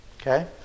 Okay